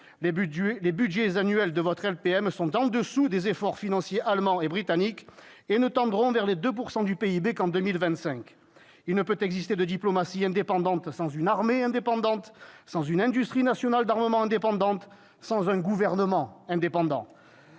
Les budgets annuels de votre LPM sont au-dessous des efforts financiers allemands et britanniques et ne tendront vers les 2 % du PIB qu'en 2025. Il ne peut exister de diplomatie indépendante sans une armée indépendante, sans une industrie nationale d'armement indépendante, sans un gouvernement indépendant.